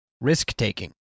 risk-taking